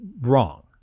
wrong